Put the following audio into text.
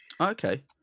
okay